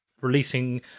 releasing